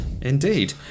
indeed